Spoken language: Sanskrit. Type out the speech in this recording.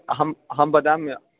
अहम् अहं वदामि